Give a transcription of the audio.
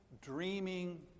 dreaming